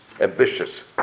ambitious